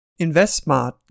InvestSmart